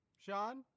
Sean